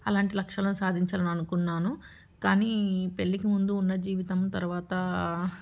అలాంటి లక్ష్యాలు సాధించాలని అనుకున్నాను కానీ పెళ్ళికి ముందు ఉన్న జీవితం తరువాత